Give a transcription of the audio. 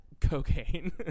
cocaine